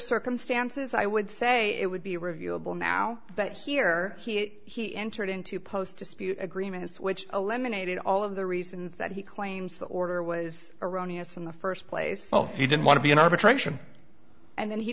circumstances i would say it would be reviewable now but here he entered into post dispute agreements which eliminated all of the reasons that he claims the order was erroneous in the first place oh he didn't want to be an arbitration and then he